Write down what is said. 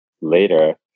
later